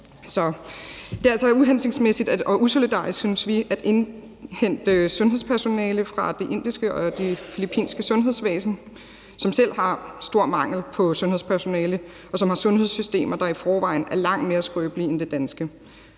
Det er altså uhensigtsmæssigt og usolidarisk, synes vi, at indhente sundhedspersonale fra det indiske og det filippinske sundhedsvæsen, som selv har stor mangel på sundhedspersonale, og som har sundhedssystemer, der i forvejen er langt mere skrøbelige end det danske.